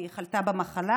והיא חלתה במחלה.